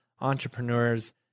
entrepreneurs